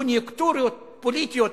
קוניונקטורות פוליטיות.